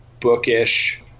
bookish